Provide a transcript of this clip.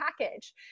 package